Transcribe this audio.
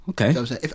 okay